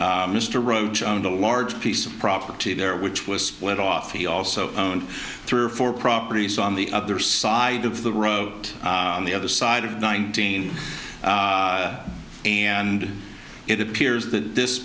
mr roach owned a large piece of property there which was split off he also owned three or four properties on the other side of the wrote on the other side of nineteen and it appears that this